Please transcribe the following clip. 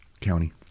County